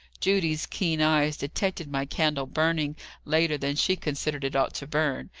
judy's keen eyes detected my candle burning later than she considered it ought to burn,